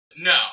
No